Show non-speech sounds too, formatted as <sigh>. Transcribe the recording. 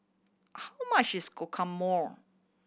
how much is <unintelligible>